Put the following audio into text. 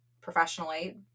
professionally